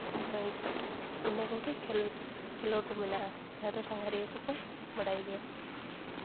ᱳᱭ ᱤᱱᱟᱹ ᱠᱚᱜᱮ ᱠᱷᱮᱞ ᱠᱷᱮᱞᱳᱰ ᱢᱮᱱᱟᱜᱼᱟ ᱡᱟᱦᱟᱸ ᱫᱚ ᱥᱟᱸᱜᱷᱟᱨᱤᱭᱟᱹ ᱠᱚᱠᱚ ᱵᱟᱲᱟᱭ ᱜᱮᱭᱟ